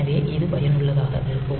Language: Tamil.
எனவே இது பயனுள்ளதாக இருக்கும்